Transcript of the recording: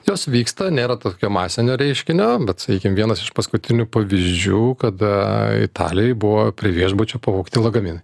jos vyksta nėra tokio masinio reiškinio bet sakykim vienas iš paskutinių pavyzdžių kada italijoj buvo prie viešbučio pavogti lagaminai